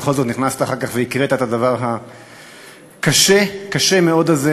בכל זאת נכנסת אחר כך והקראת את הדבר הקשה מאוד הזה